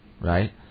right